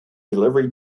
delivery